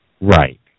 Right